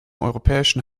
europäischen